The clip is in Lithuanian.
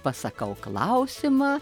pasakau klausimą